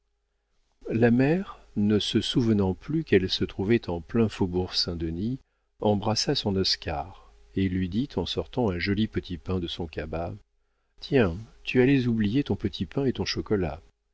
la mère ne se souvenant plus qu'elle se trouvait en plein faubourg saint-denis embrassa son oscar et lui dit en sortant un joli petit pain de son cabas tiens tu allais oublier ton petit pain et ton chocolat